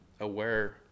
aware